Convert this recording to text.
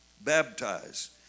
Baptized